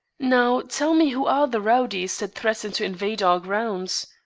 now, tell me who are the rowdies that threaten to invade our grounds?